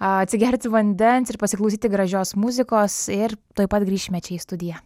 atsigerti vandens ir pasiklausyti gražios muzikos ir tuoj pat grįšime čia į studiją